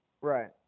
Right